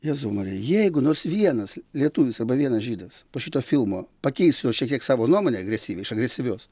jėzau marija jeigu nors vienas lietuvis arba vienas žydas po šito filmo pakeis jo šiek tiek savo nuomonę agresyviai iš agresyvios